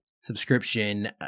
subscription